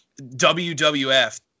WWF